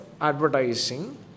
advertising